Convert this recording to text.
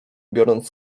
biorąc